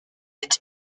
est